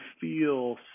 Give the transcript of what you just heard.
feel